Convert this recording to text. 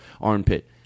armpit